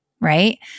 right